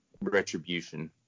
retribution